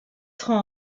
serons